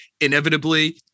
inevitably